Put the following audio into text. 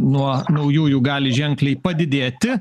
nuo naujųjų gali ženkliai padidėti